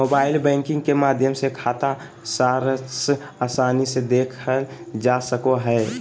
mobile banking के माध्यम से खाता सारांश आसानी से देखल जा सको हय